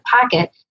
pocket